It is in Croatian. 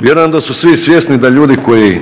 Vjerujem da su svi svjesni da ljudi koji